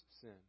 sin